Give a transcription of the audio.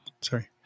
sorry